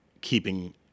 keeping